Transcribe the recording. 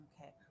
okay